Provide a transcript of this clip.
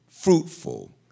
fruitful